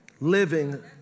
living